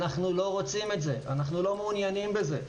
אנחנו לא רוצים את זה ולא מעוניינים בזה.